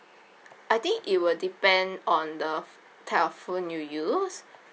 I think it will depend on the telephone you use